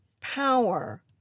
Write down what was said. power